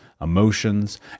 emotions